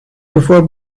before